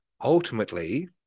ultimately